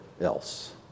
else